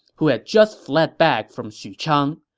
who had just fled back from xuchang.